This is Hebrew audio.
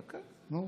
דקה, נו.